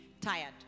tired